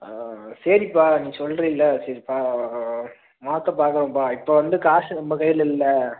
ஆ சரிப்பா நீ சொல்றீல்லை சரிப்பா மாற்ற பார்க்குறம்பா இப்போ வந்து காசு நம் கையில் இல்லை